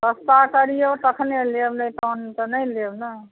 सस्ता करियौ तखने लेब नहि तहन तऽ नहि लेब ने